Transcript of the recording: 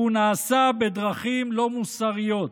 והוא נעשה בדרכים לא מוסריות.